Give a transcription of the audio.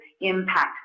impact